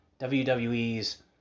WWE's